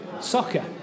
soccer